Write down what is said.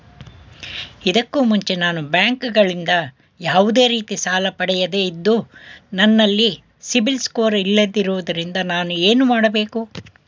ಇದಕ್ಕೂ ಮುಂಚೆ ನಾನು ಬ್ಯಾಂಕ್ ಗಳಿಂದ ಯಾವುದೇ ರೀತಿ ಸಾಲ ಪಡೆಯದೇ ಇದ್ದು, ನನಲ್ಲಿ ಸಿಬಿಲ್ ಸ್ಕೋರ್ ಇಲ್ಲದಿರುವುದರಿಂದ ನಾನು ಏನು ಮಾಡಬೇಕು?